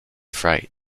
fright